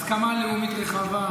הסכמה לאומית רחבה,